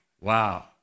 Wow